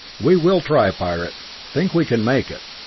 we will try, pirate think we can make it!